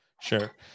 Sure